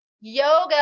Yoga